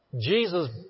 Jesus